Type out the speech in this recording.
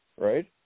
right